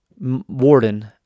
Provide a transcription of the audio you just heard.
warden